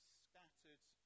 scattered